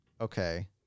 Okay